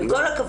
עם כל הכבוד.